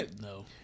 No